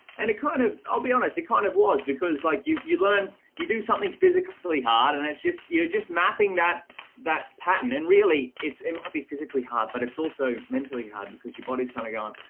and it kind of i'll be honest it kind of was because like you you learn, you do something physically hard and it's just you're just mapping that that patent and really it's um ah physically hard, but it's also mentally hard because your body's kind of gone.